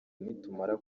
nitumara